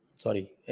Sorry